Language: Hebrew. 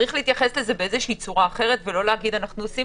צריך להתייחס לזה בצורה אחרת ולא להגיד אנחנו עושים